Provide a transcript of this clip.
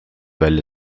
välja